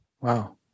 Wow